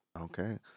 Okay